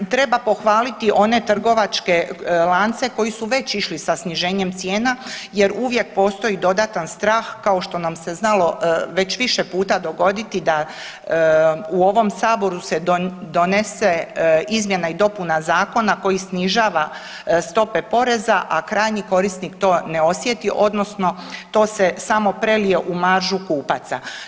Treba pohvaliti one trgovačke lance koji su već išli s sniženjem cijena jer uvijek postoji dodatan strah kao što nam se znalo već više puta dogoditi da u ovom saboru se donese izmjena i dopuna zakona koji snižava stope poreza, a krajnji korisnik to ne osjeti odnosno to se samo prelije u maržu kupaca.